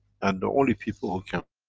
and the only people who come.